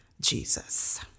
Jesus